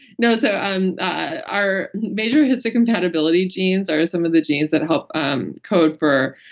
no so um ah our major histocompatibility genes are some of the genes that help um code for